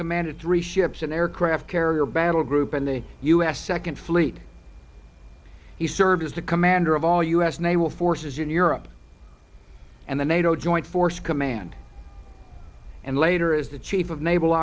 commanded three ships an aircraft carrier battle group in the u s second fleet he served as a commander of all u s naval forces in europe and the nato joint forces command and later as the chief of naval